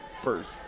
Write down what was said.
first